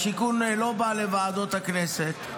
שיכון לא בא לוועדות הכנסת,